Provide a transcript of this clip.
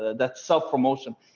that's self promotion.